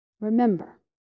Remember